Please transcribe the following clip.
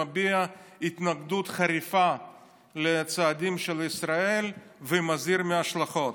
מביע התנגדות חריפה לצעדים של ישראל ומזהיר מההשלכות.